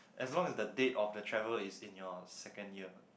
as long as the date of the travel is in your second year